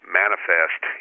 manifest